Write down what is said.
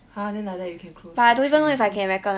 !huh! then like that you can close factory already